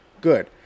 good